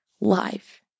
life